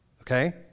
Okay